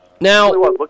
Now